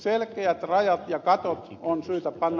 selkeät rajat ja katot on syytä panna